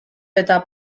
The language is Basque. eta